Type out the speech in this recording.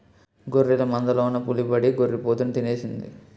గొర్రెల మందలోన పులిబడి గొర్రి పోతుని తినేసింది